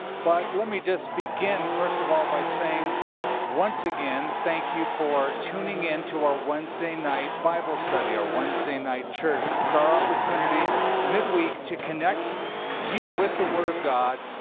but let me just begin, first of all, by saying once again, thank you for tuning into our wednesday night bible study, our wednesday night church. it's our opportunity midweek to connect you with the word of god,